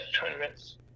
tournaments